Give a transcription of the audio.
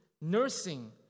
nursing